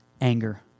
anger